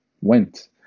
went